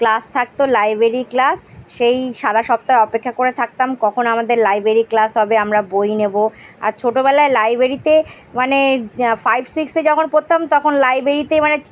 class থাকতো library class সেই সারা সপ্তাহ অপেক্ষা করে থাকতাম কখন আমাদের লাইব্রেরি ক্লাস হবে আমরা বই নেবো আর ছোটবেলায় লাইব্রেরিতে মানে ফাইভ সিক্সে যখন পড়তাম তখন লাইব্রেরিতে মানে